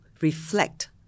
reflect